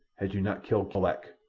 had you not killed molak,